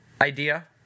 idea